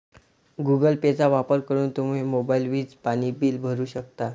Google पेचा वापर करून तुम्ही मोबाईल, वीज, पाणी बिल भरू शकता